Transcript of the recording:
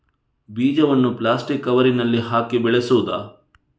ಬೀಜವನ್ನು ಪ್ಲಾಸ್ಟಿಕ್ ಕವರಿನಲ್ಲಿ ಹಾಕಿ ಬೆಳೆಸುವುದಾ?